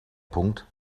punkt